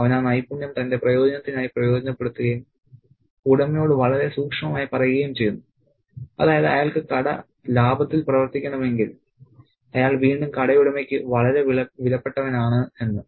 അവൻ ആ നൈപുണ്യം തന്റെ പ്രയോജനത്തിനായി പ്രയോജനപ്പെടുത്തുകയും ഉടമയോട് വളരെ സൂക്ഷ്മമായി പറയുകയും ചെയ്യുന്നു അതായത് അയാൾക്ക് കട ലാഭത്തിൽ പ്രവർത്തിക്കണമെങ്കിൽ അയാൾ വീണ്ടും കടയുടമയ്ക്ക് വളരെ വിലപ്പെട്ടവനാണ് എന്ന്